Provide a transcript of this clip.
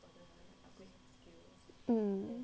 um